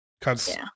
cuts